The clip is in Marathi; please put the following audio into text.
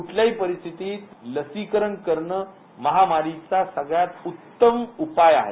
कुठल्याही परिस्थितीत लसीकरण करणं महामारीचा सगळ्यात उत्तम उपाय आहे